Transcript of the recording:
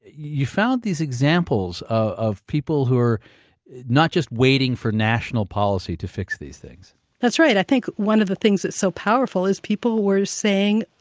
you found these examples of people who are not just waiting for national policy to fix these things that's right. i think one of the things that's so powerful is people were saying,